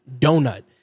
donut